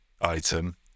item